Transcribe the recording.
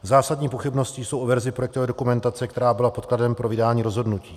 Zásadní pochybnosti jsou u verze projektové dokumentace, která byla podkladem pro vydání rozhodnutí.